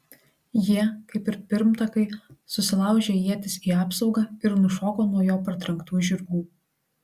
jie kaip ir pirmtakai susilaužė ietis į apsaugą ir nušoko nuo jo partrenktų žirgų